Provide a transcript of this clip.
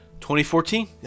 2014